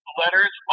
letters